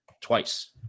twice